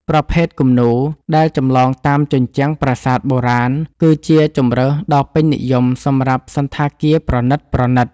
ប្រភេទគំនូរ ដែលចម្លងតាមជញ្ជាំងប្រាសាទបុរាណ គឺជាជម្រើសដ៏ពេញនិយមសម្រាប់សណ្ឋាគារប្រណីតៗ។